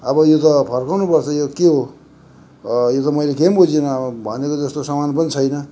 अब यो त फर्काउनु पर्छ यो के हो यो त मैले केही पनि बुझिनँ भनेको जस्तो सामान पनि छैन